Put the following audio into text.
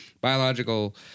Biological